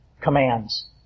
commands